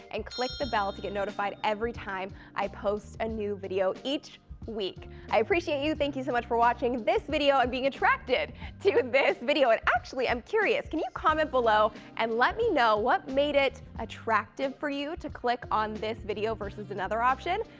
and click the bell to get notified every time i post a new video each week. i appreciate you. thank you so much for watching this video and being attracted to this video. and, actually, i'm curious. can you comment below and let me know what made it attractive for you to click on this video versus another option?